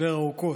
לדבר ארוכות.